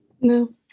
no